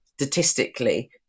statistically